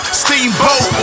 steamboat